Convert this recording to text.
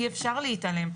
אי אפשר להתעלם.